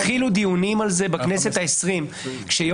התחילו דיונים על זה בכנסת ה-20 כשיו"ר